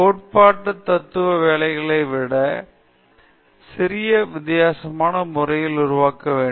கோட்பாடு தத்துவார்த்த வேலைகள் மற்ற பகுதிகளை விட சிறிய வித்தியாசமான முறையில் உருவாக்கப்படுகின்றன